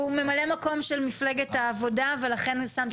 הוא ממלא מקום של מפלגת העבודה ולכן שמתי